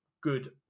good